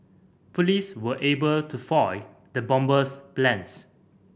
police were able to foil the bomber's plans